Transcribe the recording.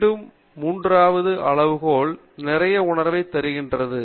மீண்டும் மூன்றாவது அளவுகோல் நிறைய உணர்வைத் தருகிறது